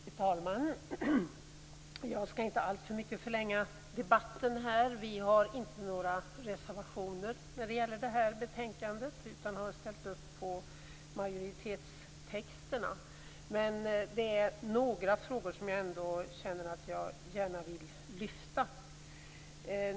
Fru talman! Jag skall inte alltför mycket förlänga debatten. Vi kristdemokrater har inte några reservationer när det gäller detta betänkande utan vi har ställt upp bakom majoritetstexterna. Men det är några frågor som jag ändå känner att jag gärna vill lyfta.